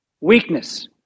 Weakness